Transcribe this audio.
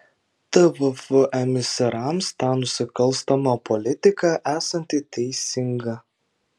tvf emisarams ta nusikalstama politika esanti teisinga